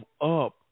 up